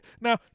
Now